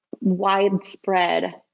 widespread